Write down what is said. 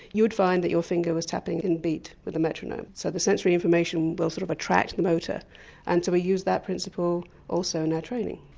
you would find that your finger was tapping in beat with the metronome. so the sensory information will sort of attract the motor and so we use that principle also in our training.